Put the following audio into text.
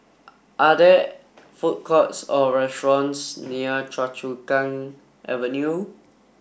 are there food courts or restaurants near Choa Chu Kang Avenue